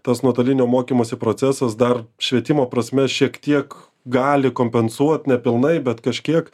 tas nuotolinio mokymosi procesas dar švietimo prasme šiek tiek gali kompensuot nepilnai bet kažkiek